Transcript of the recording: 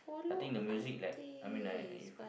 I think the music like I mean like if